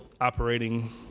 operating